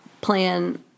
plan